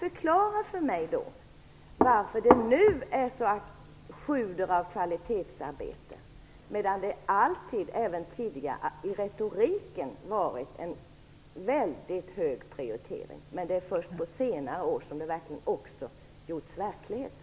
Förklara för mig varför det nu sjuder av kvalitetsarbete, medan det alltid tidigare bara i retoriken varit ett högt prioriterat område. Det är först på senare år som det blivit så också i verkligheten.